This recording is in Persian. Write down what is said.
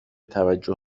توجه